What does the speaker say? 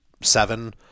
seven